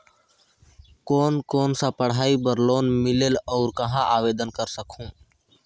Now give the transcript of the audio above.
कोन कोन सा पढ़ाई बर लोन मिलेल और कहाँ आवेदन कर सकहुं?